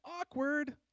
awkward